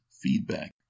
feedback